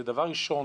דבר ראשון,